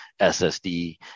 SSD